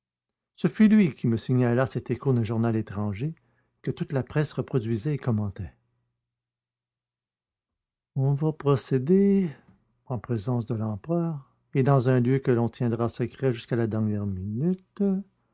ce fut lui qui me signala cet écho d'un journal étranger que toute la presse reproduisait et commentait on va procéder en présence de l'empereur et dans un lieu que l'on tiendra secret jusqu'à la dernière minute